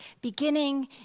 beginning